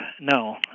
No